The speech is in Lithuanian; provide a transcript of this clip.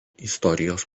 istorijos